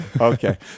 Okay